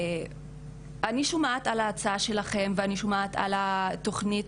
אני שומעת על ההצעה שלכן ועל התוכנית,